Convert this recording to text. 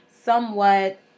somewhat